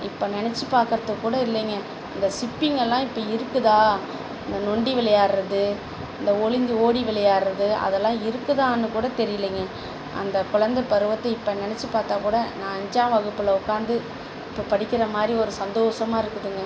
இப்போ நினச்சி பார்க்கறதுக்கூட இல்லைங்க இந்த ஸிப்பிங்கெல்லாம் இப்போ இருக்குதா அந்த நொண்டி விளையாடுறது இந்த ஒளிஞ்சு ஓடி விளையாடுறது அதெல்லாம் இருக்குதான்னு கூட தெரியலைங்க அந்த குழந்த பருவத்தை இப்போ நினச்சி பார்த்தாக்கூட நான் அஞ்சாம் வகுப்பில் உட்காந்து இப்போ படிக்கின்ற மாதிரி ஒரு சந்தோசமாக இருக்குதுங்க